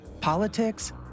politics